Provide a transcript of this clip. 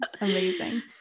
Amazing